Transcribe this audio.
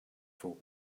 for